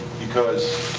because